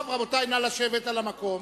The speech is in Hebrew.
רבותי, נא לשבת במקום